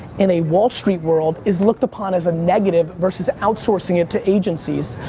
in a wall street world is looked upon as a negative versus outsourcing it to agencies.